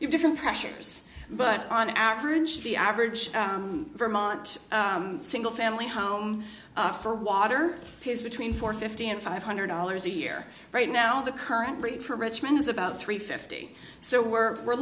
pressures but on average the average vermont single family home for water has between four fifty and five hundred dollars a year right now the current rate for richmond is about three fifty so we're we're